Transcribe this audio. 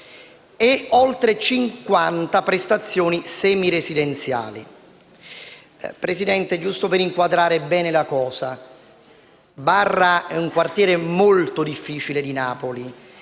e oltre 50 prestazioni semiresidenziali. Signora Presidente, giusto per inquadrare bene la questione, quello di Barra è un quartiere molto difficile di Napoli